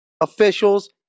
officials